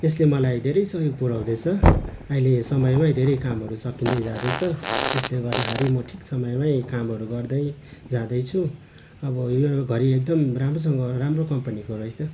यसले मलाई धेरै सहयोग पुर्याउँदैछ अहिले समयमै धेरै कामहरू सकिँदै जाँदैछ यसले गर्दाखेरि मैले ठिक समयमै कामहरू गर्दै जाँदैछु अब यो घडी एकदम राम्रोसँग राम्रो कम्पनीको रहेछ